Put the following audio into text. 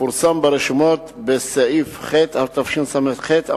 ופורסם ברשומות בס"ח התשס"ח,